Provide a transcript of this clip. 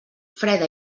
freda